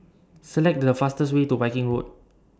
Select The fastest Way to Viking Road